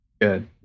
Good